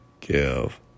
give